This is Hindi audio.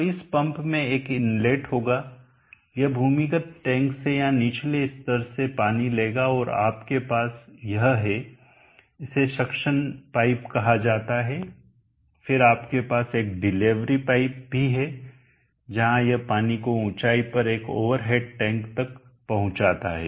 तो इस पंप में एक इनलेट होगा यह भूमिगत टैंक से या निचले स्तर से पानी लेगा और आपके पास यह है इसे सक्शन पाइप कहा जाता है फिर आपके पास एक डिलीवरी पाइप भी है जहाँ यह पानी को ऊंचाई पर एक ओवर हेड टैंक तक पहुँचाता है